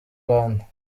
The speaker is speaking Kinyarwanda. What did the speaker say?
rwanda